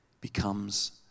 becomes